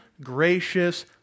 gracious